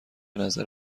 نظر